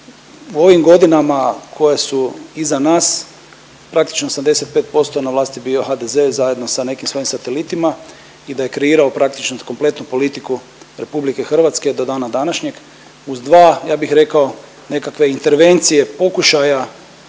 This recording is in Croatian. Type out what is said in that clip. po ovim godinama koje su iza nas praktično 85% na vlasti bio HDZ zajedno sa nekim svojim satelitima i da je kreirao praktično kompletnu politiku RH do dana današnjeg uz dva, ja bih rekao, nekakve intervencije pokušaja